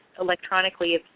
electronically